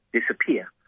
disappear